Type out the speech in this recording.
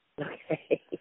Okay